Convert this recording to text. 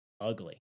ugly